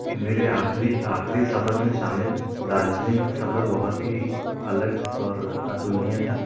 मेरे आखली आख़री सफर में शामिल दार्जिलिंग का सफर बहुत ही अलग और अतुलनीय था